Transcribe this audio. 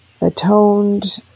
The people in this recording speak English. atoned